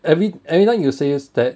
every every time you says that